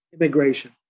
immigration